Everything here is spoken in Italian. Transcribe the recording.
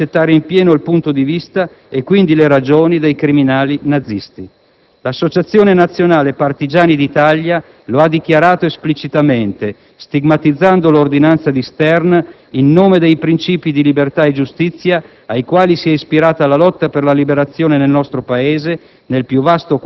Significa accettare in pieno il punto di vista, e quindi le ragioni, dei criminali nazisti. L'Associazione Nazionale Partigiani d'Italia lo ha dichiarato esplicitamente, stigmatizzando l'ordinanza di Stern «in nome dei princìpi di libertà e giustizia ai quali si è ispirata la lotta per Liberazione nel nostro Paese,